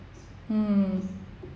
mm